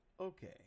okay